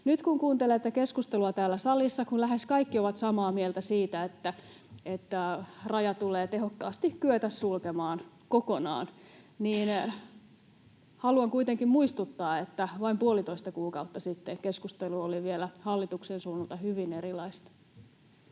Nyt kun kuuntelee tätä keskustelua täällä salissa, kun lähes kaikki ovat samaa mieltä siitä, että raja tulee tehokkaasti kyetä sulkemaan kokonaan, niin haluan kuitenkin muistuttaa, että vain puolitoista kuukautta sitten keskustelu oli vielä hallituksen suunnalta hyvin erilaista.